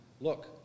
Look